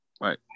Right